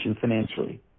financially